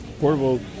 Portable